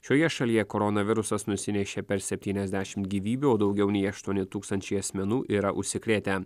šioje šalyje koronavirusas nusinešė per septyniasdešimt gyvybių o daugiau nei aštuoni tūkstančiai asmenų yra užsikrėtę